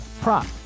prop